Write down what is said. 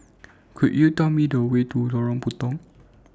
Could YOU Tell Me The Way to Lorong Puntong